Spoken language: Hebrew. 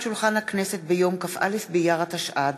חיים כץ, יצחק הרצוג,